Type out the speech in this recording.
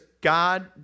God